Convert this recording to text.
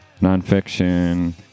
Nonfiction